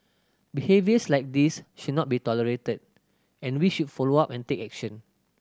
behaviours like this should not be tolerated and we should follow up and take action